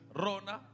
rona